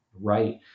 right